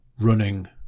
Running